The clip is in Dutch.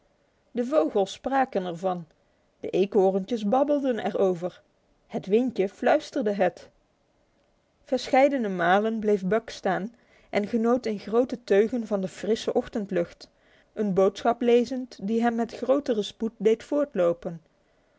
de vogels spraken er van de eekhoorntjes babbelden er over het windje fluisterde het verscheidene malen bleef buck staan en genoot in grote teugen van de frisse ochtendlucht een boodschap lezend die hem met grotere spoed deed voortlopen